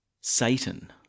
Satan